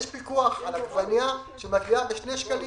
יש פיקוח על עגבנייה שמגיעה ב-2 שקלים